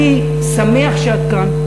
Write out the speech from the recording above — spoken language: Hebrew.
אני שמח שאת כאן.